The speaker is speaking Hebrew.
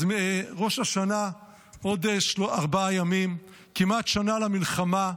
אז ראש השנה עוד ארבעה ימים, כמעט שנה למלחמה,